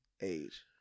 age